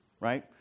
right